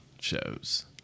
shows